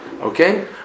Okay